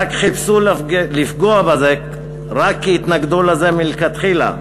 רק חיפשו לפגוע בזה, רק כי התנגדו לזה מלכתחילה.